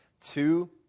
Two